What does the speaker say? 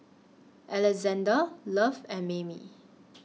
Alexzander Love and Mayme